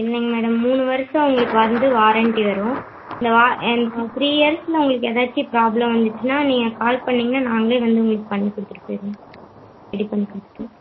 இல்லைங்க மேடம் மூணு வருஷம் உங்களுக்கு வந்து வாரண்ட்டி வரும் இந்த வா இந்த த்ரீ இயர்ஸில் உங்களுக்கு எதாச்சும் ப்ராப்ளம் வந்துச்சுன்னா நீங்கள் கால் பண்ணீங்கன்னா நாங்களே வந்து உங்களுக்கு பண்ணிக் கொடுத்துட்டு போயிடுவோம் ரெடி பண்ணிக் கொடுத்துட்டு